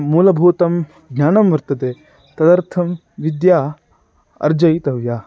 मूलभूतं ज्ञानं वर्तते तदर्थं विद्या अर्जितव्या